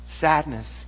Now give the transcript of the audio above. Sadness